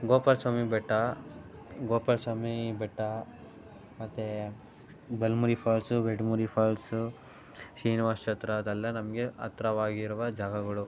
ಗೋಪಾಲಸ್ವಾಮಿ ಬೆಟ್ಟ ಗೋಪಾಲ ಸ್ವಾಮಿ ಬೆಟ್ಟ ಮತ್ತು Balamuri falls Edamuri falls Srinivasa Chatra ಅದೆಲ್ಲ ನಮಗೆ ಹತ್ತಿರವಾಗಿರುವ ಜಾಗಗಳು